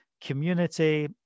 community